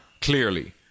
Clearly